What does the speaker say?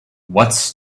what’s